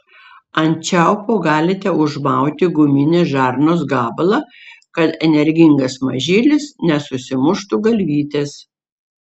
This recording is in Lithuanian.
ant čiaupo galite užmauti guminės žarnos gabalą kad energingas mažylis nesusimuštų galvytės